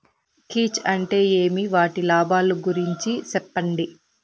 కీచ్ అంటే ఏమి? వాటి లాభాలు గురించి సెప్పండి?